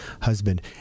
husband